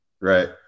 Right